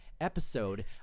episode